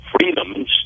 freedoms